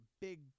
big